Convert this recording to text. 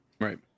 right